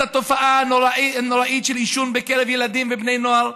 התופעה הנוראית של עישון בקרב ילדים ובני נוער.